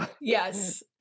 Yes